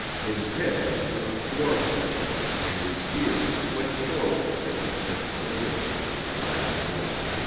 his head was turned toward them and his ears flicked forward as he tested the wind with his black nose.